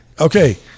Okay